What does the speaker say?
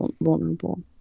vulnerable